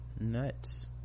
nuts